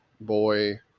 boy